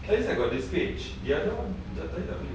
at least I got this stage the other one jap tadi tak boleh